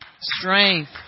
strength